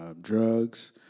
drugs